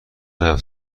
هفت